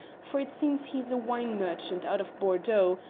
for it seems he's a wine merchant out of bordeaux,